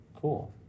Cool